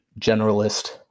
generalist